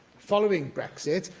following brexit,